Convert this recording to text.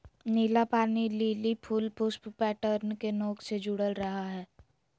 नीला पानी लिली फूल पुष्प पैटर्न के नोक से जुडल रहा हइ